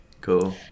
cool